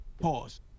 Pause